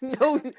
No